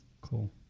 cool